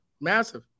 Massive